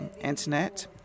internet